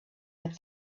had